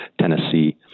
Tennessee